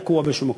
תקוע באיזה מקום.